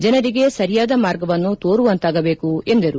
ಜನರಿಗೆ ಸರಿಯಾದ ಮಾರ್ಗವನ್ನು ತೋರುವಂತಾಗಬೇಕು ಎಂದರು